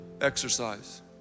exercise